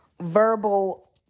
verbal